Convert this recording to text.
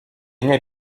nie